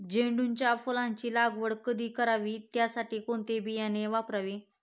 झेंडूच्या फुलांची लागवड कधी करावी? त्यासाठी कोणते बियाणे वापरावे?